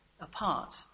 apart